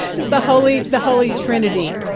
it's the holy the holy trinity.